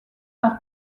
leur